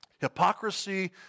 Hypocrisy